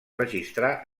registrar